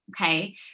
Okay